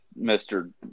Mr